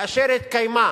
וכאשר התקיימה